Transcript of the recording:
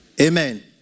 Amen